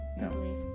No